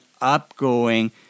upgoing